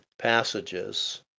passages